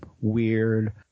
weird